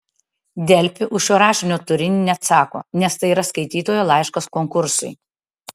delfi už šio rašinio turinį neatsako nes tai yra skaitytojo laiškas konkursui